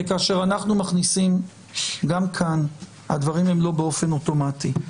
גם כאן הדברים הם לא באופן אוטומטי,